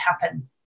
happen